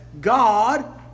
God